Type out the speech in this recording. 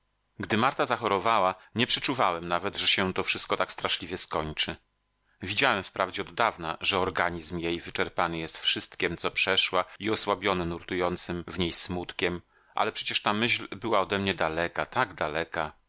gdy marta zachorowała nie przeczuwałem nawet że się to wszystko tak strasznie skończy widziałem wprawdzie od dawna że organizm jej wyczerpany jest wszystkiem co przeszła i osłabiony nurtującym w niej smutkiem ale przecież ta myśl była odemnie daleka tak daleka